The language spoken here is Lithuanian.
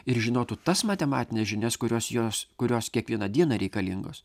ir žinotų tas matematines žinias kurios jos kurios kiekvieną dieną reikalingos